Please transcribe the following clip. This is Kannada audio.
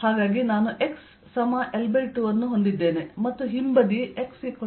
ಆದ್ದರಿಂದ ನಾನು x L2 ಅನ್ನು ಹೊಂದಿದ್ದೇನೆ ಮತ್ತು ಹಿಂಬದಿ x L2